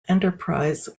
enterprise